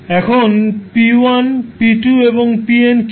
এখন p1 p2 এবং pn কী